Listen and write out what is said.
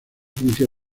provincia